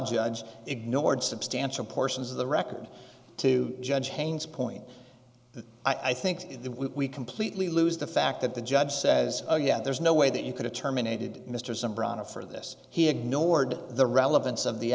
judge ignored substantial portions of the record to judge haines point that i think we completely lose the fact that the judge says oh yeah there's no way that you could have terminated mr some brown a for this he ignored the relevance of the